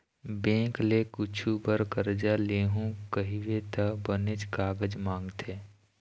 bank ले कुछु बर करजा लेहूँ कहिबे त बनेच कागज मांगथे